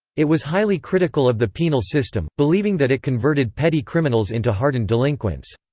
it was highly critical of the penal system, believing that it converted petty criminals into hardened delinquents.